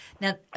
Now